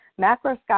Macroscopic